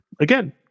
again